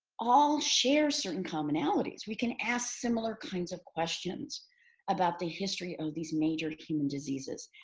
all share certain commonalities. we can ask similar kinds of questions about the history of these major human diseases.